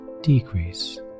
decrease